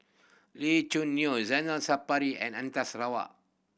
Lee Choo Neo Zainal Sapari and Anita Sarawak